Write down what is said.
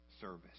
service